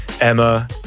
Emma